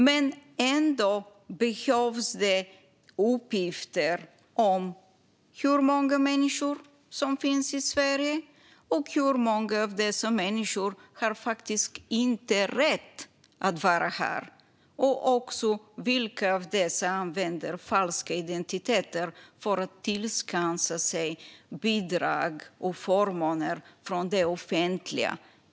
Det behövs uppgifter om hur många människor som finns i Sverige, hur många av dem som inte har rätt att vara här och hur många som använder falsk identitet för att tillskansa sig bidrag och förmåner från det offentliga.